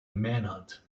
manhunt